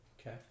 Okay